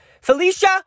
Felicia